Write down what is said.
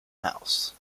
house